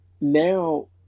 now